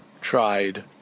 tried